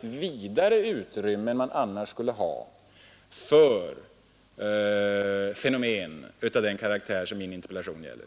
vidga utrymmet för fenomen av den karaktär som min interpellation gäller.